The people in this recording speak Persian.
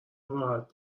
راحت